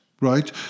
right